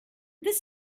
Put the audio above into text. this